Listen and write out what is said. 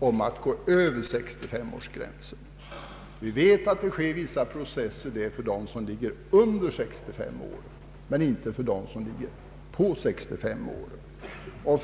att gå med på en höjning av dessa åldersgränser, Vi vet att det sker vissa påtryckningar på dem som har rätt till pension tidigare än 65 års ålder, men det går inte att påverka dem som får den vid 65 års ålder.